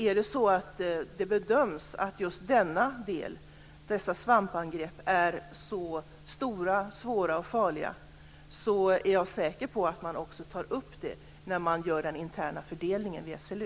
Är det så att det bedöms att problemen i just denna del, dessa svampangrepp, är så stora, svåra och farliga är jag säker på att man också tar upp det när man gör den interna fördelningen i SLU.